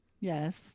yes